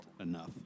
enough